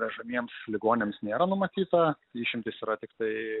vežamiems ligoniams nėra numatyta išimtys yra tiktai